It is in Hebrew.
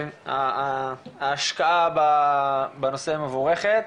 ההשקעה בנושא מבורכת.